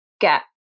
get